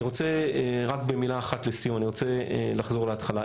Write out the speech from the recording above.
רק מילה אחת לסיום, אני רוצה לחזור להתחלה.